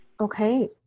Okay